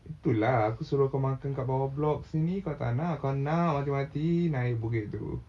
itu lah aku suruh kau makan kat bawah block sini kau tak nak kau nak mati-mati naik bukit tu